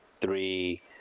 three